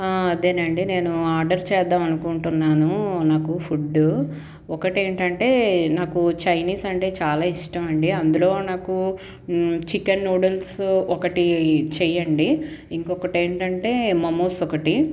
అదేనండి నేను ఆర్డర్ చేద్దామనుకుంటున్నాను నాకు ఫుడ్డు ఒకటేంటంటే నాకు చైనీస్ అంటే చాలా ఇష్టమండీ అందులో నాకు చికెన్ నూడిల్సు ఒకటి చెయ్యండి ఇంకోటేంటంటే మోమోస్ ఒకటి